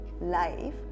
life